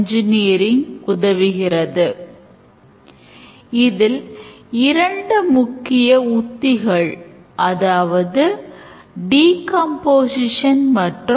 Actorகளை நாம் எளிதாக அடையாளம் காண வேண்டும்